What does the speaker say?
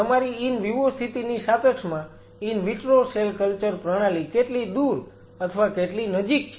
તમારી in vivo સ્થિતિની સાપેક્ષમાં ઈન વિટ્રો સેલ કલ્ચર પ્રણાલી કેટલી દૂર અથવા કેટલી નજીક છે